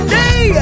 day